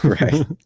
Right